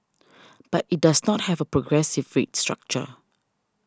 but it does not have a progressive rate structure